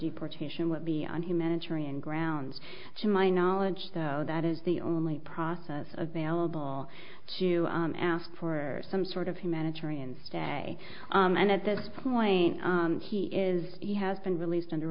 deportation would be on humanitarian grounds to my knowledge though that is the only process available to ask for some sort of humanitarian stay and at this point he is he has been released under